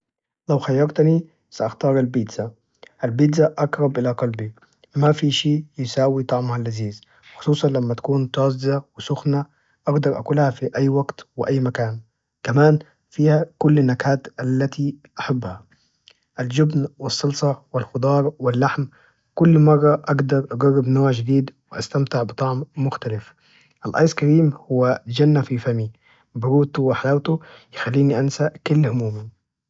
لو خيرتني سأختار البيتزا، البيتزا أقرب إلى قلبي، ما في شي يساوي طعمها اللذيذ، خصوصا لما تكون تازة وسخنة أقدر أكلها في أي وقت وأي مكان، كمان فيها كل النكهات التي أحبها الجبن، والصلصة، والخضار، واللحم، كل مرة أقدر أجرب نوع جديد وأستمتع بطعم مختلف، الأيس كريم هو جنة في فمي برودته وحلاوته يخليني أنسى كل همومي.